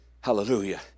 Hallelujah